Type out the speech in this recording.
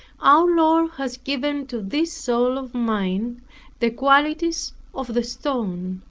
our lord has given to this soul of mine the qualities of the stone,